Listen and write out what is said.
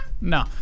No